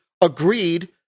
agreed